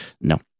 No